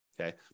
okay